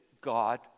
God